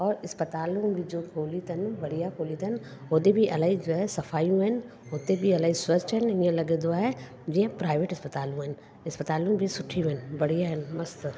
और इस्पतालि में बि जो खोली अथनि बढ़िया खोली अथनि होॾे बि इलाही जो आहे सफ़ायूं आहिनि हुते बि इलाही स्वच्छ आहिनि इअं लॻंदो आहे जीअं प्राइवेट इस्पतालूं आहिनि इस्पतालूं बि सुठियूं आहिनि बढ़िया आहिनि मस्त आहिनि